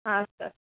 हा अस्तु अस्तु